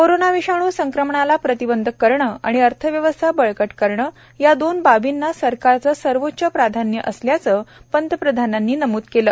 corona विषाणू संक्रमणाला प्रतिबंध करणं आणि अर्थव्यवस्था बळकट करणं या दोन बाबींना सरकारचं सर्वोच्च प्राधान्य असल्याचं पंतप्रधानांनी नमूद केलं